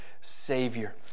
Savior